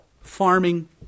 farming